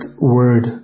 word